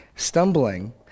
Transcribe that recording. Stumbling